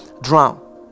drown